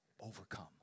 overcome